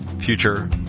future